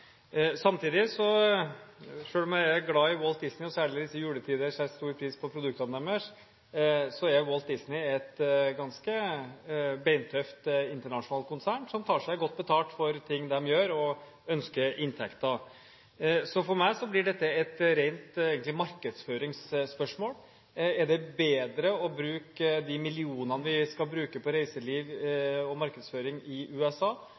om jeg er glad i Walt Disney – og særlig i disse juletider setter jeg særlig pris på produktene deres – er dette et ganske beintøft internasjonalt konsern som tar seg godt betalt for ting de gjør, og ønsker inntekter. Så for meg blir det egentlig et rent markedsføringsspørsmål. Er det bedre å bruke de millionene vi skal bruke på reiseliv og markedsføring i USA,